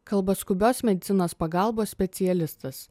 kalba skubios medicinos pagalbos specialistas